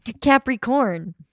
Capricorn